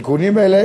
תיקונים אלה